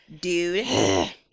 Dude